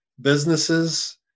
businesses